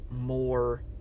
more